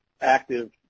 active